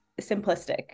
simplistic